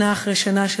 שנה אחרי שנה,